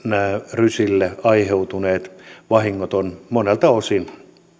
rysille aiheutuneet vahingot ovat monelta osin